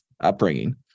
upbringing